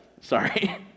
Sorry